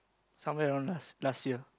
somewhere around last last year